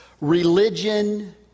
Religion